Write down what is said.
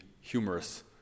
humorous